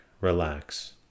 relax